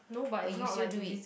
but you still do it